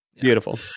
beautiful